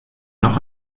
noch